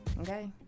Okay